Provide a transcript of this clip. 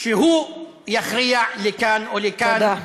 שהוא יכריע לכאן או לכאן.